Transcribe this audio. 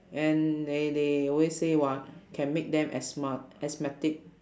and they they always say [what] can make them asthma asthmatic